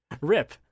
Rip